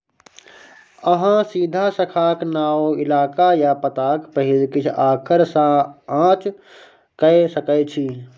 अहाँ सीधा शाखाक नाओ, इलाका या पताक पहिल किछ आखर सँ जाँच कए सकै छी